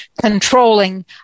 controlling